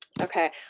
Okay